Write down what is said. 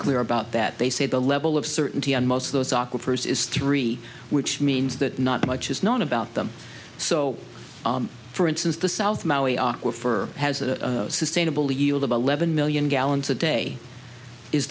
clear about that they say the level of certainty and most of those awkward first is three which means that not much is known about them so for instance the south maui awkward for has a sustainable yield of eleven million gallons a day is